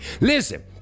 Listen